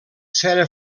cera